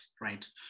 right